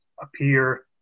appear